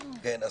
בבקשה.